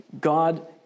God